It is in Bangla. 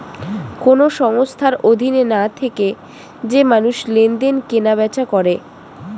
কোন সংস্থার অধীনে না থেকে যে মানুষ লেনদেন, কেনা বেচা করে